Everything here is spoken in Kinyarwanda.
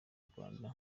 rwanda